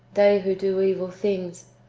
they who do evil things,